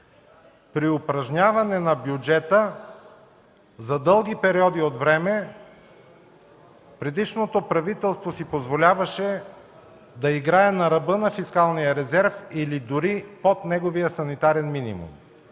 При упражняване на бюджета за дълги периоди от време предишното правителство си позволяваше да играе на ръба на фискалния резерв или дори под неговия санитарен минимум,